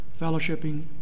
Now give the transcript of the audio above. fellowshipping